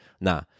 Nah